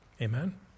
Amen